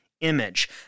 Image